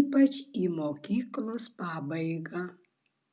ypač į mokyklos pabaigą